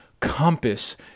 compass